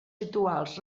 rituals